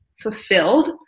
fulfilled